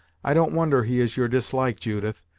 i don't wonder he is your dislike, judith,